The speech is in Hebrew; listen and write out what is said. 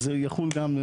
אז יחול גם,